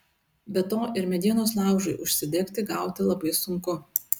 be to ir medienos laužui užsidegti gauti labai sunku